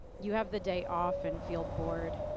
you have the day off and feel bored.